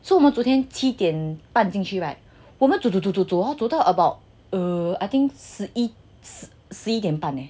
so 我们昨天七点半进去 right 我们走走走走走走到 about err I think 十一十一点半 ah